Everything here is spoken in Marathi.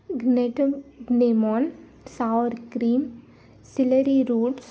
ग्नेटनेमॉन सावर क्रीम सिलेरी रोट्स